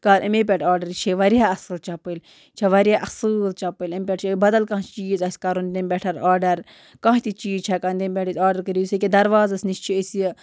کَر اَمے پٮ۪ٹھ آرڈر یہِ چھےٚ وارِیاہ اَصٕل چَپٕلۍ یہِ چھِ وارِیاہ اصۭل چَپٕلۍ اَمہِ پٮ۪ٹھ چھِ بَدَل کانٛہہ چیٖز آسہِ کَرُن تمہِ پٮ۪ٹھ آرڈر کانٛہہ تہِ چیٖز چھِ ہٮ۪کان تمہِ پٮ۪ٹھ أسۍ آرڈر کٔرِتھ یُس یہ کے دَروازَس نِش چھِ أسۍ یہِ